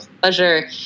pleasure